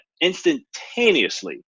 instantaneously